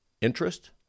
interest